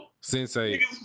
Sensei